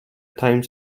times